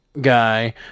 guy